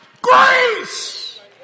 Grace